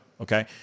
okay